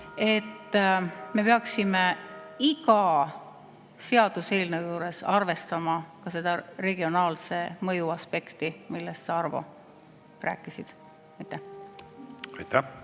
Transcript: Me peaksime iga seaduseelnõu juures arvestama ka regionaalse mõju aspekti, millest sa, Arvo, rääkisid. Aitäh!